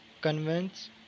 convince